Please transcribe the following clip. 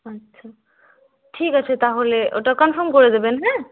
আচ্ছা ঠিক আছে তাহলে ওটা কনফার্ম করে দেবেন হ্যাঁ